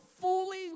fully